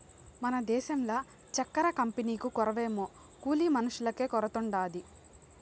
మన దేశంల చక్కెర కంపెనీకు కొరవేమో కూలి మనుషులకే కొరతుండాది